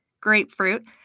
grapefruit